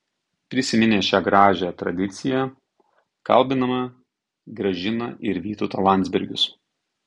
prisiminę šią gražią tradiciją kalbiname gražiną ir vytautą landsbergius